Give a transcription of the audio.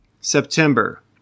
September